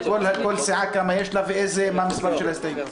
כל סיעה כמה יש לה ומה מספר של הסעיף.